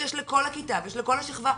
כשיש לכל הכיתה ויש לכל השכבה,